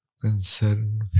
concern